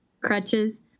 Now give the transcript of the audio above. crutches